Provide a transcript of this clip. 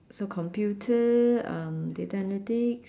so computer um data analytics